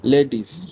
Ladies